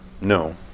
No